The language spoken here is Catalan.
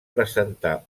presentar